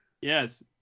Yes